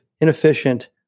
inefficient